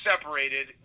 separated